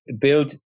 build